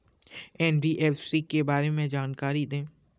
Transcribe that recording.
NBFC के बारे में जानकारी दें?